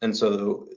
and so,